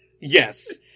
Yes